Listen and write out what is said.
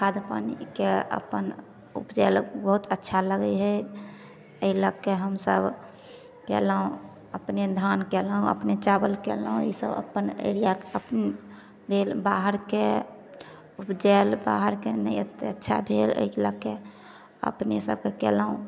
खाद पानिके अपन उपजेलहुॅं बहुत अच्छा लागै हइ एहि लऽ के हमसभ केलहुॅं अपने धान कयलहुॅं अपने चावल कयलहुॅं ई सभ अपन एरियाके अपन भेल बाहर शके उपजायल बाहरके नहि ओते अच्छा भेल ओहि लऽके अपने सभके केलहुॅं